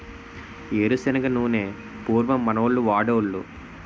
ఏరు శనగ నూనె పూర్వం మనోళ్లు వాడోలు